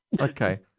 Okay